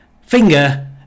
finger